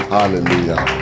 Hallelujah